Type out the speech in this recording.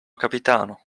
capitano